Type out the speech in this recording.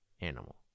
animal